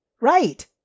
Right